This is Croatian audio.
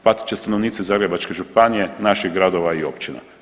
Platit će stanovnici Zagrebačke županije, naših gradova i općina.